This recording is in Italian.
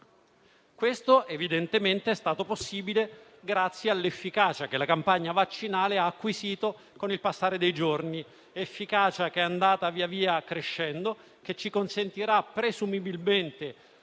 Questo, evidentemente, è stato possibile grazie all'efficacia che la campagna vaccinale ha acquisito con il passare dei giorni, efficacia che è andata via via crescendo, che ci consentirà presumibilmente